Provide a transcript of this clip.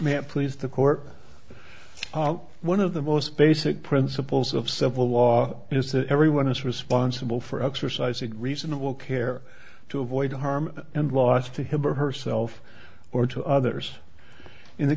ma'am please the court one of the most basic principles of civil law is that everyone is responsible for exercising reasonable care to avoid harm and loss to him or herself or to others in the